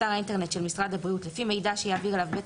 באתר האינטרנט של משרד הבריאות לפי מידע שיעביר אליו בית